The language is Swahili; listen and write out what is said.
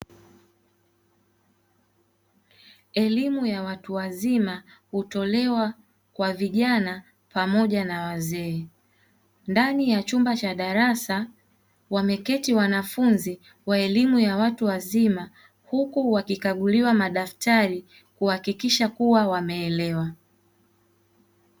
Elimu ya watu wazima hutolewa kwa vijana pamoja na wazee, ndani ya chumba cha darasa wameketi wanafunzi wa elimu ya watu wazima huku wakikaguliwa madaftari kuhakikisha kuwa wameelewa.